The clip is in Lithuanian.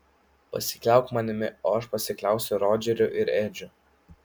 pasikliauk manimi o aš pasikliausiu rodžeriu ir edžiu